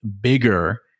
bigger